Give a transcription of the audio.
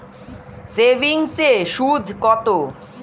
সেভিংসে সুদ কত?